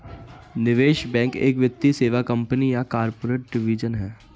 निवेश बैंक एक वित्तीय सेवा कंपनी या कॉर्पोरेट डिवीजन है